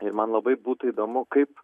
ir man labai būtų įdomu kaip